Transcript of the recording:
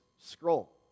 scroll